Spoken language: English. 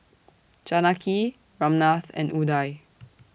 Janaki Ramnath and Udai